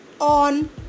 on